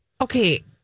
Okay